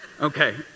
Okay